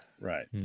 Right